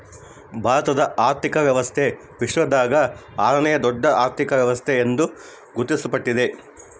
ಭಾರತದ ಆರ್ಥಿಕ ವ್ಯವಸ್ಥೆ ವಿಶ್ವದಾಗೇ ಆರನೇಯಾ ದೊಡ್ಡ ಅರ್ಥಕ ವ್ಯವಸ್ಥೆ ಎಂದು ಗುರುತಿಸಲ್ಪಟ್ಟಿದೆ